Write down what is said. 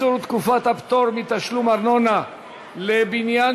(קיצור תקופת הפטור מתשלום ארנונה על בניין